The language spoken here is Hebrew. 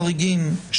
ההוראות הרגילות